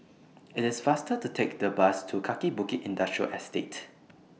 IT IS faster to Take The Bus to Kaki Bukit Industrial Estate